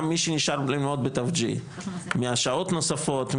גם אלה שנשארים ללמוד בתו G. מהשעות הנוספות,